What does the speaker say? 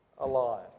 alive